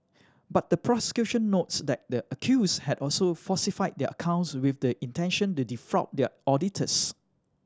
but the prosecution notes that the accused had also falsified their accounts with the intention to defraud their auditors